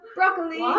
Broccoli